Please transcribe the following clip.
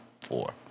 Four